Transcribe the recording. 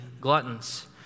gluttons